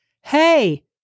Hey